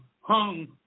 hung